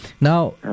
Now